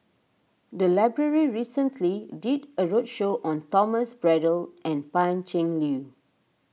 the library recently did a roadshow on Thomas Braddell and Pan Cheng Liu